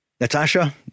Natasha